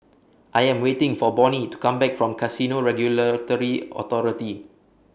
I Am waiting For Bonny to Come Back from Casino Regulatory Authority